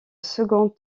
second